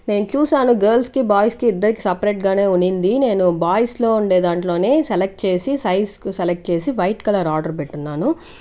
నేన్ చూశాను గర్ల్స్కి బాయ్స్కి ఇద్దరికీ సపరేట్గానే ఉండింది నేను బాయ్స్లో ఉండే దాంట్లోనే సెలెక్ట్ చేసి సైజ్ సెలెక్ట్ చేసి వైట్ కలర్ ఆర్డర్ పెట్టున్నాను